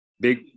big